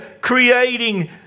creating